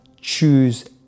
choose